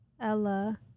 Ella